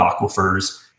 aquifers